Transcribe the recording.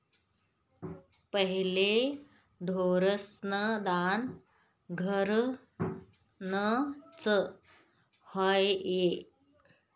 पहिले ढोरेस्न दान घरनंच र्हाये